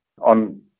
on